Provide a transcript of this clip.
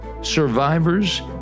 survivors